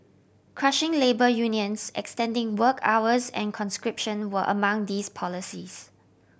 crushing labour unions extending work hours and conscription were among these policies